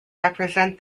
represent